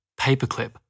paperclip